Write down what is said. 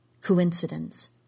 Coincidence